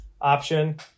option